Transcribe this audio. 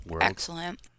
Excellent